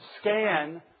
scan